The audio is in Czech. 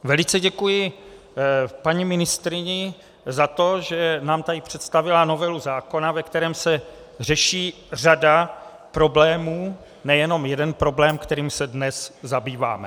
Velice děkuji paní ministryni za to, že nám tady představila novelu zákona, ve kterém se řeší řada problémů, nejenom jeden problém, kterým se dnes zabýváme.